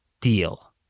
deal